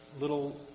little